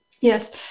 Yes